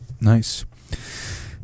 Nice